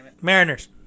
Mariners